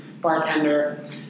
bartender